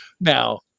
Now